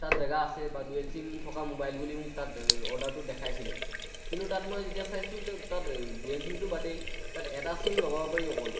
তাত জেগা আছে বা দুৱেল চিম থকা ম'বাইল বুলি মোক তাত অৰ্ডাৰটোত দেখাইছিলে কিন্তু তাত মই যেতিয়া চাইছোঁ যে তাত দুৱেল চিমটো বাদেই তাত এটা চিম লগাব পাৰি অকল